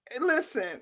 Listen